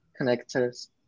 connectors